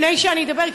לפני שאני אדבר,